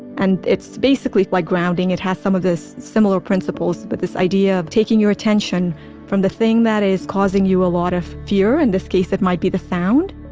and it's basically like grounding. it has some of those similar principles but this idea of taking your attention from the thing that is causing you a lot of fear. in this case, it might be the sound.